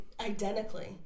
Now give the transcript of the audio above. identically